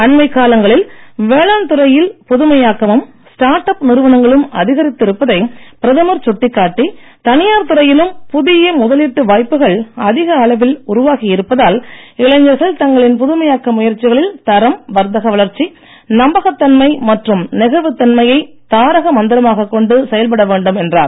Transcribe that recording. அண்மைக் காலங்களில் வேளாண் துறையில் புதுமையாக்கமும் ஸ்டார்ட் அப் நிறுவனங்களும் அதிகரித்து இருப்பதை பிரதமர் சுட்டிக்காட்டி தனியார் துறையிலும் புதிய முதலீட்டு வாய்ப்புகள் அதிக அளவில் உருவாகி இருப்பதால் இளைஞர்கள் தங்களின் புதுமையாக்க முயற்சிகளில் தரம் வர்த்தக வளர்ச்சி நம்பகத் தன்மை மற்றும் நெகிழ்வுத் தன்மையை தாரக மந்திரமாகக் கொண்டு செயல்பட வேண்டும் என்றார்